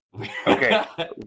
Okay